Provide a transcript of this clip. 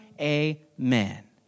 amen